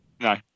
No